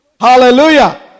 Hallelujah